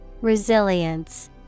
Resilience